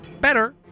better